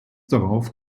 darauf